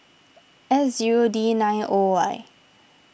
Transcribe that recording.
S zero D nine O Y